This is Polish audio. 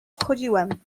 wchodziłem